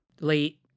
late